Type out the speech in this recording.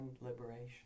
liberation